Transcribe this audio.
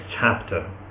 chapter